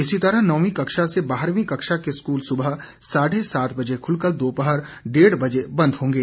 इसी तरह नौवीं कक्षा से बाहरवीं कक्षा के स्कूल सुबह साढ़े सात बजे खुलकर दोपहर डेढ़ बजे बंद होंगे